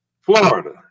Florida